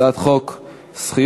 הצעת חוק זכויות